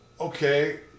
okay